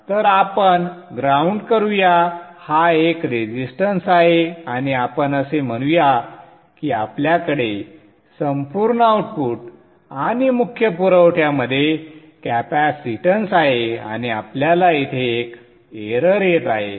तर आपण ग्राउंड करूया हा एक रेझिस्टन्स आहे आणि आपण असे म्हणूया की आपल्याकडे संपूर्ण आउटपुट आणि मुख्य पुरवठ्यामध्ये कॅपॅसिटन्स आहे आणि आपल्याला येथे एक एरर येत आहे